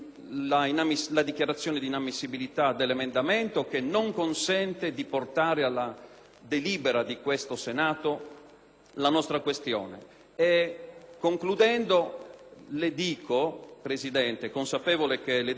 delibera del Senato la nostra questione. Concludendo, le dico, Presidente, consapevole che le decisioni della Presidenza sono inappellabili su questo punto, che quel modo restrittivo